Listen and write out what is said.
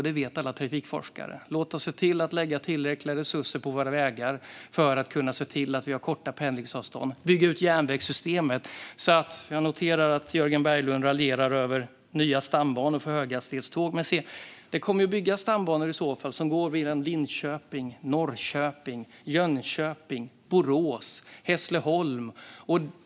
Det vet alla trafikforskare. Låt oss se till att lägga tillräckliga resurser på våra vägar för att kunna se till att vi har korta pendlingsavstånd. Låt oss se till att bygga ut järnvägssystemet. Jag noterar att Jörgen Berglund raljerar över nya stambanor för höghastighetståg. Men det kommer i så fall att byggas stambanor som går via Linköping, Norrköping, Jönköping, Borås och Hässleholm.